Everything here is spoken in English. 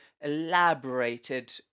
elaborated